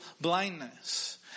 blindness